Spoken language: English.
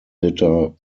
litter